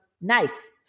nice